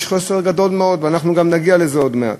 יש חוסר גדול מאוד, ואנחנו גם נגיע לזה עוד מעט.